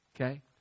okay